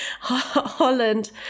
Holland